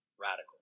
radical